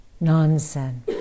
nonsense